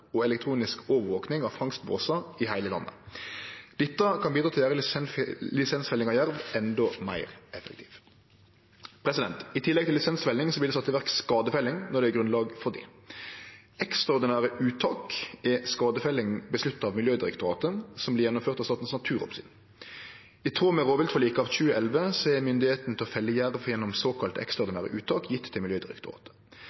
og elektronisk overvaking av fangstbåsar i heile landet. Dette kan bidra til å gjere lisensfelling av jerv endå meir effektiv. I tillegg til lisensfelling vert det sett i verk skadefelling når det er grunnlag for det. Ekstraordinære uttak er skadefelling bestemt av Miljødirektoratet, som vert gjennomført av Statens naturoppsyn. I tråd med rovviltforliket av 2011 er myndigheita til å felle jerv gjennom